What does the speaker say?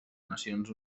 nacions